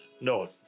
No